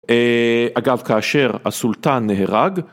אגב, כאשר הסולטן נהרג